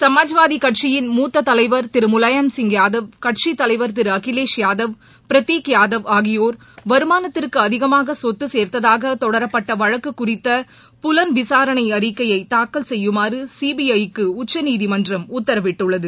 சமாஜ்வாதி கட்சியின் மூத்தத் தலைவர் திரு முலாயம் சிங் யாதவ் கட்சித் தலைவர் திரு அகிலேஷ் யாதவ் பிரதீக் யாதவ் ஆகியோர் வருமானத்திற்கு அதிகமாக சொத்து சேர்த்ததாக தொடரப்பட்ட வழக்கு குறித்த புலன் விசாரணை அறிக்கையை தாக்கல் செய்யுமாறு சிபிஐக்கு உச்சநீதிமன்றம் உத்தரவிட்டுள்ளது